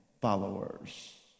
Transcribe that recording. followers